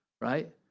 right